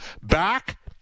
Back